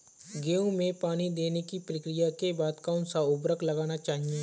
गेहूँ में पानी देने की प्रक्रिया के बाद कौन सा उर्वरक लगाना चाहिए?